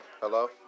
Hello